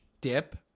dip